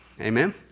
Amen